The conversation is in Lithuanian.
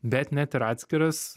bet net ir atskiras